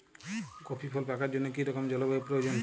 Coffee ফল পাকার জন্য কী রকম জলবায়ু প্রয়োজন?